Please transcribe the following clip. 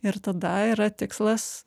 ir tada yra tikslas